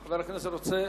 חבר הכנסת רוצה